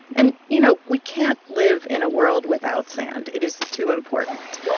and, you know, we can't live in a world without sand. it is too important.